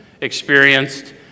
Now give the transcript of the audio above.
experienced